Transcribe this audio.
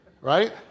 right